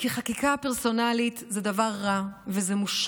כי חקיקה פרסונלית היא דבר רע ומושחת,